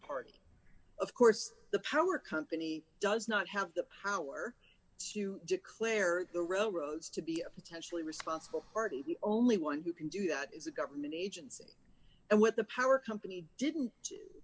party of course the power company does not have the power to declare the railroads to be a potentially responsible party the only one who can do that is a government agency and what the power company didn't